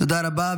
תודה רבה.